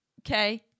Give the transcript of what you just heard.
Okay